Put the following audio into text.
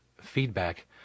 feedback